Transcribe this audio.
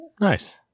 Nice